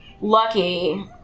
lucky